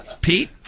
Pete